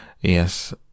Yes